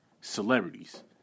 celebrities